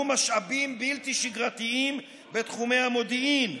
משאבים בלתי שגרתיים בתחומי המודיעין,